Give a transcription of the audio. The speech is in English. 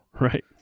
Right